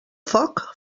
foc